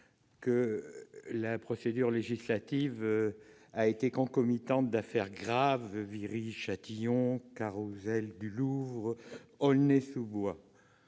que la procédure législative a été concomitante à de graves affaires : Viry-Châtillon, Carrousel du Louvre, Aulnay-sous-Bois.